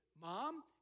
mom